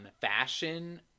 fashion